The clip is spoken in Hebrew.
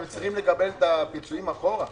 הם צריכים לקבל את הפיצויים אחורה.